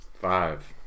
Five